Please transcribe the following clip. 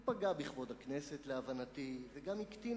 הוא פגע בכבוד הכנסת להבנתי וגם הקטין